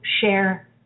share